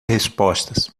respostas